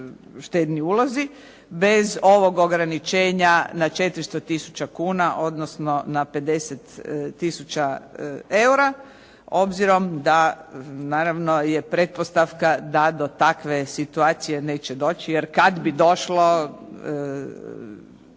štedni ulozi bez ovog ograničenja na 400 tisuća kuna, odnosno na 50 tisuća eura obzirom da naravno je pretpostavka da do takve situacije neće doći. Jer kad bi došlo,